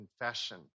confession